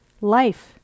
life